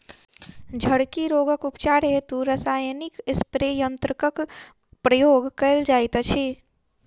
झड़की रोगक उपचार हेतु रसायनिक स्प्रे यन्त्रकक प्रयोग कयल जाइत अछि